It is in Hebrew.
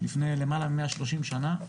לפני למעלה ממאה שלושים שנה,